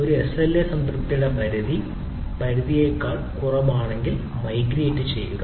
ഒരു എസ്എൽഎ സംതൃപ്തിയുടെ പരിധി പരിധിയേക്കാൾ കുറവാണെങ്കിൽ മൈഗ്രേറ്റ് ചെയ്യുക